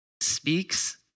speaks